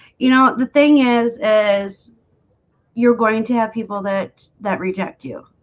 you know the thing is is you're going to have people that that reject you,